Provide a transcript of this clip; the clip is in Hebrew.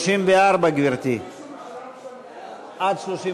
34, גברתי, 34,